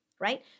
right